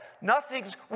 nothing's